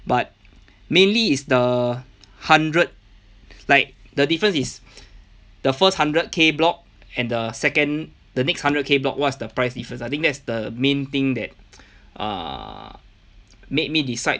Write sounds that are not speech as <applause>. but mainly is the hundred like the difference is the first hundred K block and the second the next hundred K block what's the price difference I think that's the main thing that <noise> err made me decide